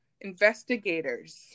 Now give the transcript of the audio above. investigators